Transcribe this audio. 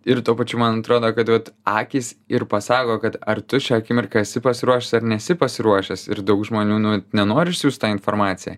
ir tuo pačiu man atrodo kad vat akys ir pasako kad ar tu šią akimirką esi pasiruošusi ar nesi pasiruošęs ir daug žmonių nu nenori išsiųst tą informaciją